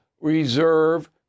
reserve